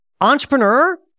Entrepreneur